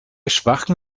schwachem